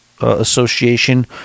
association